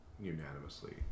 unanimously